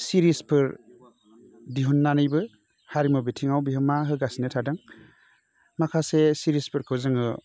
सिरिसफोर दिहुन्नानैबो हारिमु बिथाङाव बिहोमा होगासिनो थादों माखासे सिरिसफोरखौ जोङो